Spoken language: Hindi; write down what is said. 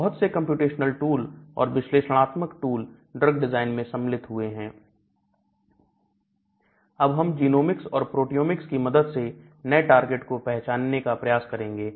बहुत से कंप्यूटेशनल टूल और विश्लेषणात्मक टूल ड्रग डिजाइन में सम्मिलित हुए हैं अब हम जिनोमिक्स और प्रोटियोमिक्स की मदद से नए टारगेट को पहचानने का प्रयास करेंगे